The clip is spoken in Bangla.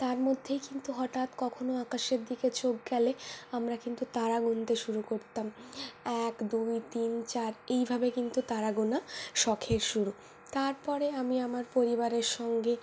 তার মধ্যেই কিন্তু হঠাৎ কখনো আকাশের দিকে চোখ গেলে আমরা কিন্তু তারা গুনতে শুরু করতাম এক দুই তিন চার এইভাবে কিন্তু তারা গোনার শখের শুরু তারপরে আমি আমার পরিবারের সঙ্গে